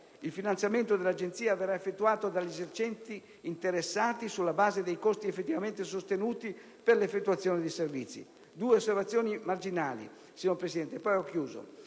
Il finanziamento dell'Agenzia verrà effettuato dagli esercenti interessati sulla base dei costi effettivamente sostenuti per l'effettuazione dei servizi. Signor Presidente,